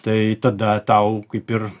tai tada tau kaip ir